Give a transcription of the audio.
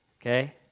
okay